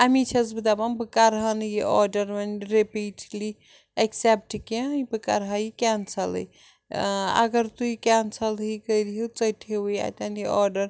امی چھَس بہٕ دَپان بہٕ کَرٕ ہا نہٕ یہِ آرڈر وَنۍ رِپیٖٹلی اٮ۪کسیپٹہٕ کیٚنٛہہ بہٕ کَرٕ ہا یہِ کٮ۪نسَلٕے اگر تُہۍ کٮ۪نسَلٕے کٔرۍ ہِو ژٔٹہِوٕے اَتٮ۪ن یہِ آرڈر